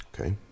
Okay